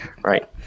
right